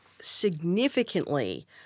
significantly